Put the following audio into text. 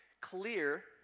clear